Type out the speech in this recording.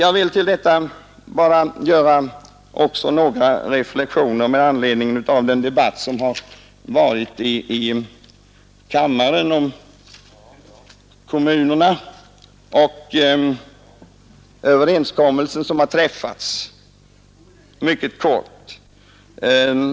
Jag vill till detta också mycket kort göra några reflexioner med anledning av den debatt som förekommit om kommu nerna och den överenskommelse som har träffats beträffande skatteuttaget.